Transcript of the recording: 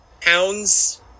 pounds